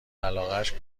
علاقش